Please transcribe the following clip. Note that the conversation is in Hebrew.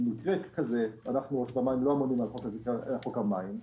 במקרה כזה אנחנו כמובן לא- -- על חוק המים,